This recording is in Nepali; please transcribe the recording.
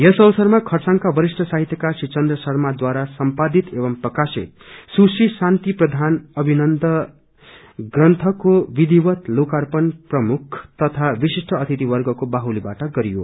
यस अवसरमा खरसाङका वरिष्ठ साहित्यकार श्री चन्द्र शर्मादारा प्रकाशित सुश्री शान्ति प्रधान अभिनन्दन प्रन्थको विधिवत लोकार्पण प्रमुख तथा विशिष्ट अतिथिवर्गको बाहुलीबाट गरियो